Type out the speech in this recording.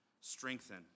strengthen